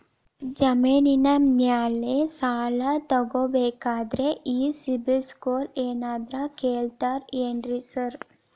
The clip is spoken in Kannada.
ಜಮೇನಿನ ಮ್ಯಾಲೆ ಸಾಲ ತಗಬೇಕಂದ್ರೆ ಈ ಸಿಬಿಲ್ ಸ್ಕೋರ್ ಏನಾದ್ರ ಕೇಳ್ತಾರ್ ಏನ್ರಿ ಸಾರ್?